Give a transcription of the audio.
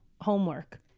homework